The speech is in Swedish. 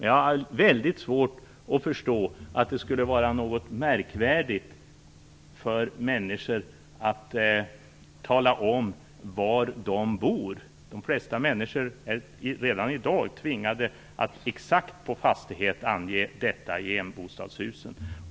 Jag har väldigt svårt att förstå att det skulle vara något märkvärdigt att människor talar om var de bor. De flesta människor är redan i dag tvingade att ange den exakta fastigheten i fråga om enbostadshusen.